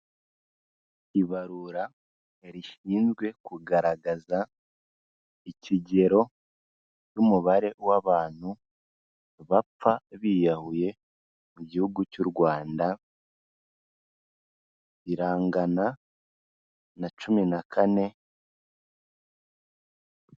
Ibarura rishinzwe kugaragaza ikigero cy'umubare w'abantu bapfa biyahuye mu gihugu cy'u Rwanda, irangana na cumi na kane.